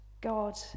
God